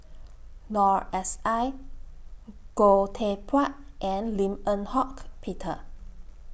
Noor S I Goh Teck Phuan and Lim Eng Hock Peter